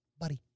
Buddy